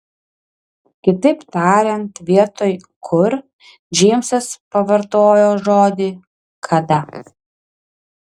kitaip tariant vietoj kur džeimsas pavartojo žodį kada